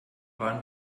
waren